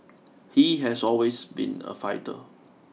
he has always been a fighter